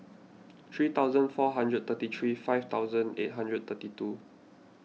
three thousand four hundred forty three five thousand eight hundred thirty two